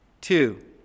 Two